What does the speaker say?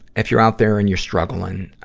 if you're out there and you're struggling, um,